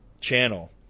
channel